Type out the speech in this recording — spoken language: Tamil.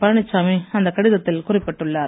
பழனிசாமி அந்த கடிதத்தில் குறிப்பிட்டுள்ளார்